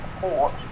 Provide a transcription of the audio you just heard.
support